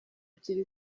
kiri